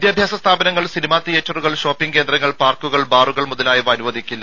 വിദ്യാഭ്യാസ സ്ഥാപനങ്ങൾ സിനിമാ തിയേറ്ററുകൾ ഷോപ്പിങ് കേന്ദ്രങ്ങൾ പാർക്കുകൾ ബാറുകൾ മുതലായവ അനുവദിക്കില്ല